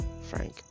Frank